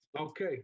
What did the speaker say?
Okay